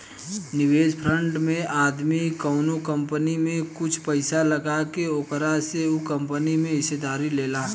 निवेश फंड में आदमी कवनो कंपनी में कुछ पइसा लगा के ओकरा से उ कंपनी में हिस्सेदारी लेला